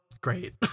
great